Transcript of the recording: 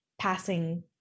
passing